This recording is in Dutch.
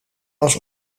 was